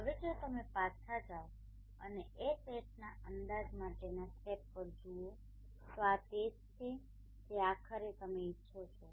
હવે જો તમે પાછા જાઓ અને Hatના અંદાજ માટેના સ્ટેપ તરફ જુઓ તો આ તે જ છે જે આખરે તમે ઇચ્છો છો